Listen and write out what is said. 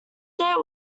date